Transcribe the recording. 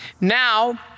Now